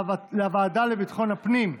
לוועדה לביטחון הפנים.